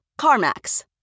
CarMax